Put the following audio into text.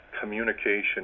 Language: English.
communication